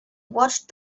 watched